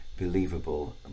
believable